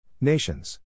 Nations